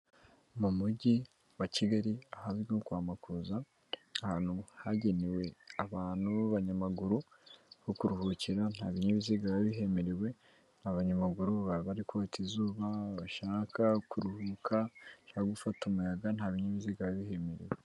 Mu mujyi wa Kigali ahazwi nko kwa Makuza, ahantu hagenewe abantu b'abanyamaguru ho kuruhukira nta binyabiziga biba bihemerewe. Abanyamaguru baba barikota izuba, bashaka kuruhuka, cyangwa gufata umuyaga, nta binyabiziga biba bihemerewe.